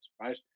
right